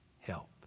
help